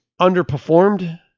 underperformed